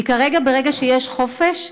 כי כרגע ברגע שיש חופש,